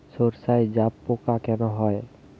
সর্ষায় জাবপোকা কেন হয়?